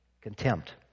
contempt